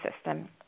system